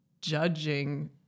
judging